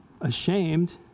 ashamed